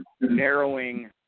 narrowing